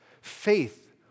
Faith